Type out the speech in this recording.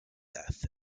death